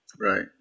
right